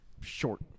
short